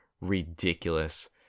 ridiculous